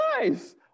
nice